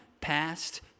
past